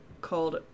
called